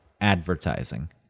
advertising